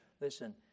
Listen